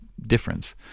Difference